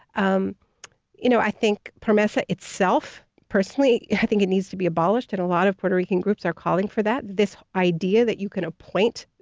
um you know i think promesa itself, personally, i think it needs to be abolished and a lot of puerto rican groups are calling for that. this idea that you can appoint